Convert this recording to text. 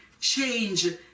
change